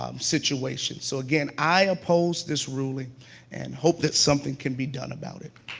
um situations. so, again, i oppose this ruling and hope that something can be done about it.